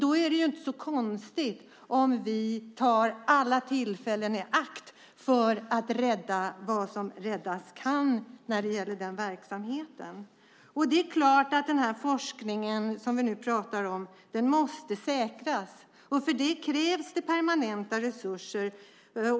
Då är det inte så konstigt om vi tar alla tillfällen i akt för att rädda vad som räddas kan när det gäller den här verksamheten. Det är klart att den forskning som vi nu pratar om måste säkras. För det krävs det permanenta resurser.